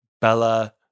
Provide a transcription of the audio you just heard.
Bella